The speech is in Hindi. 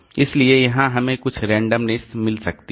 इसलिए यहां हमें कुछ रैंडमनेस मिल सकती है